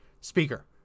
speaker